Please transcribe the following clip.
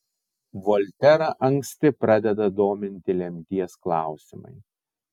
volterą anksti pradeda dominti lemties klausimai